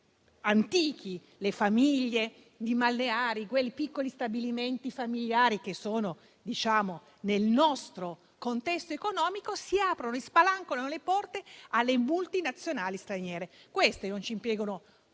antichi, le famiglie di balneari, quei piccoli stabilimenti familiari presenti nel nostro contesto economico, si aprono e spalancano le porte alle multinazionali straniere, che ci impiegano un